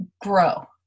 grow